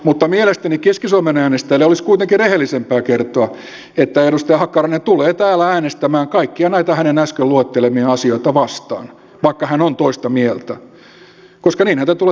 mutta mielestäni keski suomen äänestäjille olisi kuitenkin rehellisempää kertoa että edustaja hakkarainen tulee täällä äänestämään kaikkia näitä hänen äsken luettelemiaan asioita vastaan vaikka hän on toista mieltä koska niinhän te tulette tekemään